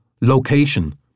location